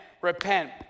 repent